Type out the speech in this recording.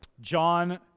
John